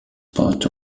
part